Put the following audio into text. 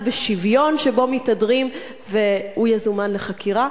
בשוויון שבו מתהדרים והוא יזומן לחקירה?